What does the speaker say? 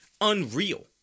Unreal